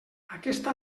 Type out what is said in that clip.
aquesta